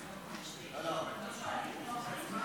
חברת הכנסת שרן השכל,